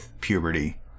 puberty